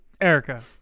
Erica